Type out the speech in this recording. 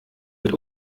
mit